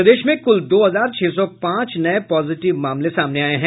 प्रदेश में कुल दो हजार छह सौ पांच नये पॉजिटिव मामले सामने आये हैं